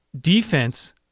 defense